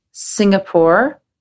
Singapore